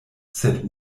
sed